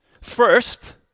first